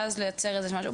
ואז לייצר איזה משהו.